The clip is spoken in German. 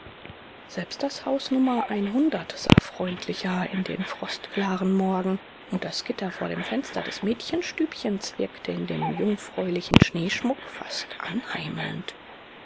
selbst das haus nr sah freundlicher in den frostklaren morgen und das gitter vor dem fenster des mädchenstübchens wirkte in dem jungfräulichen schneeschmuck fast anheimelnd